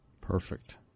Perfect